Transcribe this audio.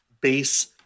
Base